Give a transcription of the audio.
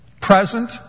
present